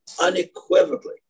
unequivocally